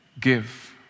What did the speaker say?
give